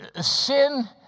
sin